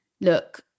look